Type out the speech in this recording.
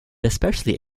especially